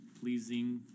pleasing